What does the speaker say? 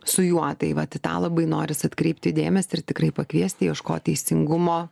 su juo tai vat į tą labai norisi atkreipti dėmesį ir tikrai pakviesti ieškot teisingumo